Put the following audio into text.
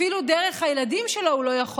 אפילו דרך הילדים שלו הוא לא יכול